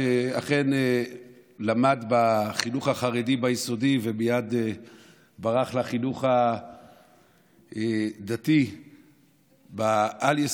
שאכן למד בחינוך החרדי ביסודי ומייד ברח לחינוך הדתי בעל-יסודי,